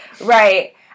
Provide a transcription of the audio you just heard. right